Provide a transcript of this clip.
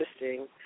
interesting